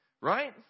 right